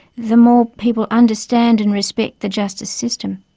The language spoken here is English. the more people understand and respect the justice system.